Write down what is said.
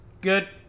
Good